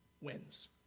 Wins